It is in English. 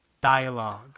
dialogue